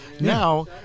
Now